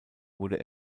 wurde